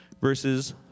verses